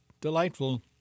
delightful